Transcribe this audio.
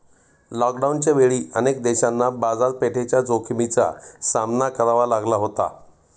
लॉकडाऊनच्या वेळी अनेक देशांना बाजारपेठेच्या जोखमीचा सामना करावा लागला होता